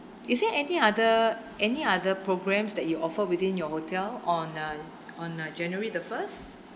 is there any other any other programs that you offer within your hotel on uh on uh january the first